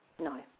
No